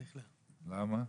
למה?